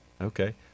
Okay